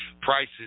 prices